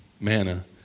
manna